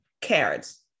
carrots